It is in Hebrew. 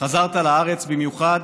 חזרת לארץ במיוחד